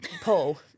Paul